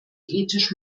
ethisch